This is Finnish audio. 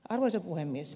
arvoisa puhemies